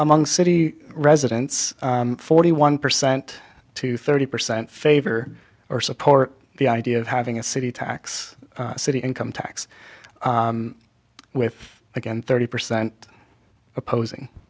among city residents forty one percent to thirty percent favor or support the idea of having a city tax city income tax with again thirty percent opposing